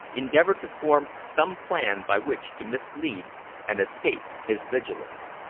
endeavored to form some plan by which to mislead and escape his vigilance.